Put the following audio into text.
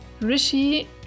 Rishi